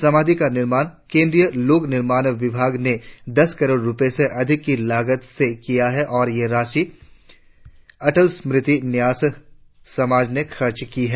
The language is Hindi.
समाधि का निर्माण केन्द्रीय लोक निर्माण विभाग ने दस करोड़ रुपए से अधिक की लागत से किया है और ये सारी धनराशि अटल स्मृति न्यास समाज ने खर्च की है